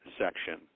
section